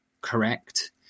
correct